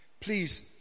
Please